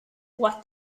what